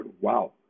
wow